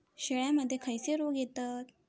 शेळ्यामध्ये खैचे रोग येतत?